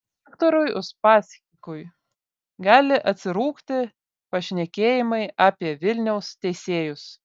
viktorui uspaskichui gali atsirūgti pašnekėjimai apie vilniaus teisėjus